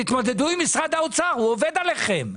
תתמודדו עם משרד האוצר, הוא עובד עליכם.